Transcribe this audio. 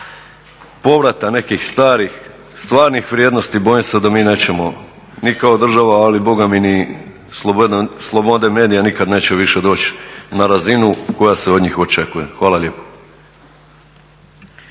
povrata nekih starih stvarnih vrijednosti, bojim se da mi nećemo, ni kao država, ali Boga mi ni slobode medija nikad neće više doći na razinu koja se od njih očekuje. Hvala lijepo.